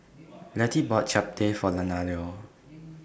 Lettie bought Japchae For Leonardo